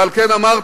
ועל כן אמרתי: